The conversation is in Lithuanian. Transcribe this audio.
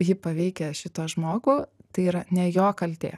ji paveikia šitą žmogų tai yra ne jo kaltė